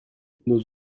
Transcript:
nos